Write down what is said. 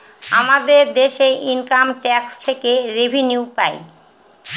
আমাদের দেশে income tax থেকে রেভিনিউ পাই